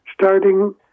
starting